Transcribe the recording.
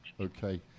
okay